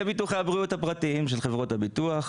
ביטוחי הבריאות הפרטיים של חברות הביטוח,